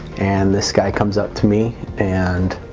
and this guy comes up to me and